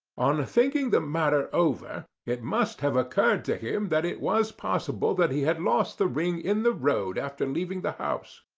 on thinking the matter over, it must have occurred to him that it was possible that he had lost the ring in the road after leaving the house.